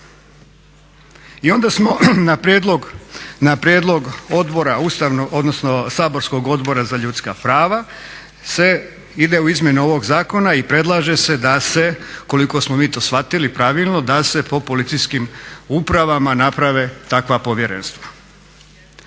I onda na prijedlog saborskog Odbora za ljudska prava se ide u izmjene ovog zakona i predlaže se da se, ukoliko smo mi to shvatili pravilno, da se po policijskim upravama naprave takva povjerenstva.